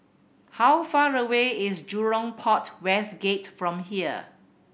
how far away is Jurong Port West Gate from here